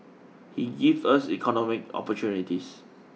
he gave us economic opportunities